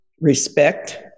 respect